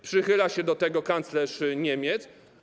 Przychyla się do tego kanclerz Niemiec.